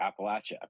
Appalachia